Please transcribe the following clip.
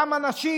מהאנשים.